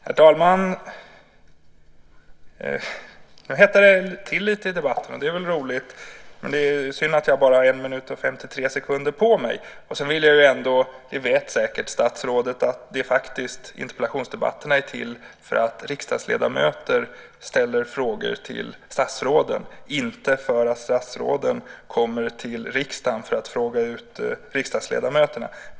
Herr talman! Nu hettar det till lite i debatten, och det är väl roligt. Det är synd att jag bara har 1 minut och 53 sekunder på mig. Statsrådet vet säkert att interpellationsdebatterna är till för att riksdagsledamöter ska ställa frågor till statsråden, inte för att statsråden ska komma till riksdagen för att fråga ut riksdagsledamöterna.